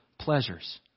pleasures